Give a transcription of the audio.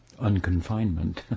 unconfinement